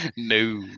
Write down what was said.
no